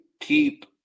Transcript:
keep